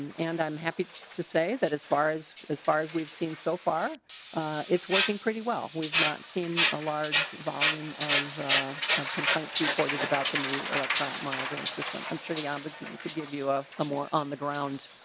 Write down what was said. and and i'm happy just to say that as far as as far as we've seen so far ah huh it's working pretty well we've not seen a large volume of of complaints reported about the new electronic monitoring system i'm sure the ombudsman could give you ah a more on the ground.